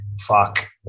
fuck